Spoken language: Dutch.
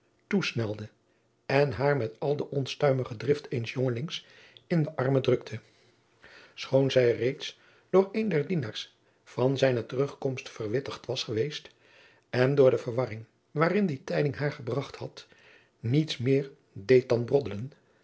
toesnelde en haar met al de onstuimige drift eens jongelings in de armen drukte schoon zij reeds door een der dienaars van zijne terugkomst verwittigd was geweest en door de verwarring waarin die tijding haar gebracht had niets meer deed dan